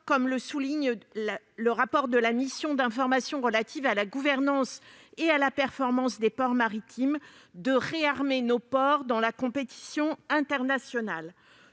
comme le souligne le rapport de la mission d'information relative à la gouvernance et à la performance des ports maritimes, de « réarmer nos ports dans la compétition internationale